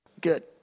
Good